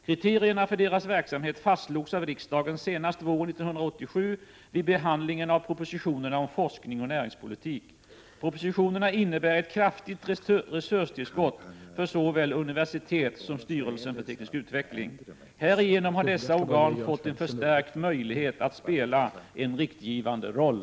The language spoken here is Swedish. Kriterierna för deras verksamhet fastslogs av riksdagen senast våren 1987 vid behandlingen av propositionerna om forskning och näringspolitik. Propositionerna innebar ett kraftigt resurstillskott för såväl universitet som STU. Härigenom har dessa organ fått en förstärkt möjlighet att spela en riktgivande roll.